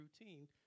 routine